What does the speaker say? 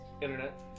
Internet